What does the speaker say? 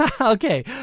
Okay